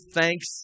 thanks